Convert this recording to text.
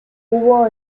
hubo